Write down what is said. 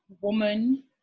woman